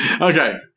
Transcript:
Okay